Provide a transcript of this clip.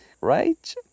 Right